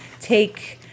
take